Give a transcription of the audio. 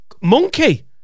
monkey